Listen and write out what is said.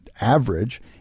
average